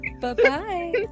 Bye-bye